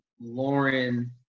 Lauren